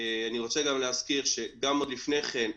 אני רוצה להזכיר שגם עוד לפני כן,